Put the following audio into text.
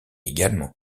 également